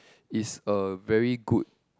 is a very good